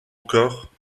encore